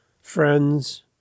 friends